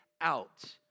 out